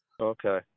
Okay